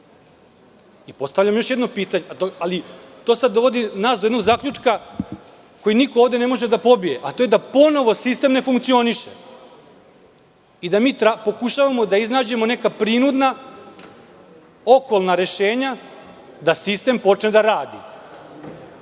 sa Ustavom. To nas sada dovodi do jednog zaključka koji niko ovde ne može da pobije, a to je da ponovo sistem ne funkcioniše i da mi pokušavamo da iznađemo neka prinudna, okolna rešenja da sistem počne da radi. Pitam